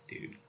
dude